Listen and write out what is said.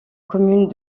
commune